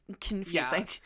confusing